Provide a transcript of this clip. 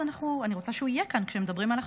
אני רוצה שהוא יהיה כאן כשמדברים על החוק.